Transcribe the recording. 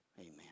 Amen